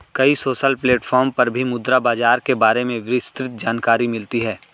कई social platform पर भी मुद्रा बाजार के बारे में विस्तृत जानकरी मिलती है